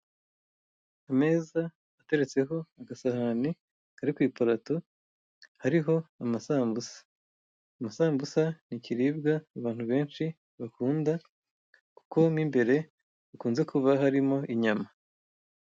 Ameza ateretseho agasahani kari ku iparato hariho amasambusa, amasambusa ni ikiribwa abantu benshi bakunda kuko mo imbere hakunze kuba harimo inyama.